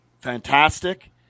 fantastic